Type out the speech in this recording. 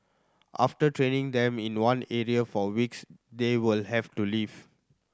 after training them in one area for weeks they will have to leave